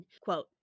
Quote